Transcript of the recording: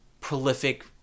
prolific